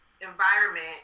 environment